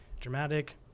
dramatic